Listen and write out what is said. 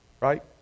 right